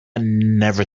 never